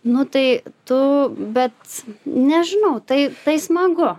nu tai tu bet nežinau tai tai smagu